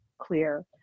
Clear